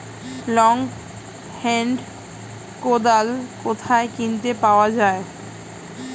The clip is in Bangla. লং হেন্ড কোদাল কোথায় কিনতে পাওয়া যায়?